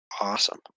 awesome